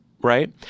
Right